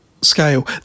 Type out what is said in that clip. scale